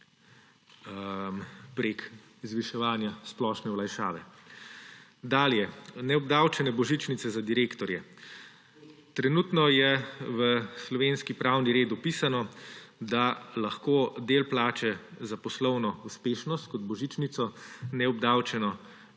preko zviševanja splošne olajšave. Dalje. Neobdavčene božičnice za direktorje. Trenutno je v slovenski pravni red vpisano, da lahko del plače za poslovno uspešnost kot božičnico neobdavčeno